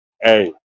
Hey